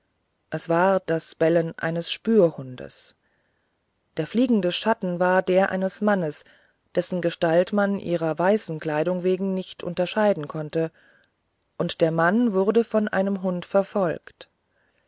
es war das bellen eines spürhundes der fliegende schatten war der eines mannes dessen gestalt man ihrer weißen kleidung wegen nicht unterscheiden konnte und der mann wurde von einem hund verfolgt